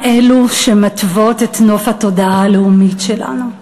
אלו שמתוות את נוף התודעה הלאומית שלנו.